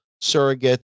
surrogate